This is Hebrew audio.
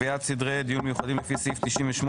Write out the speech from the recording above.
הצעת חוק הפחתת הגירעון והגבלת ההוצאה התקציבית (תיקון מס' 23)